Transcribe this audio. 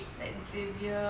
like xavier